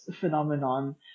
phenomenon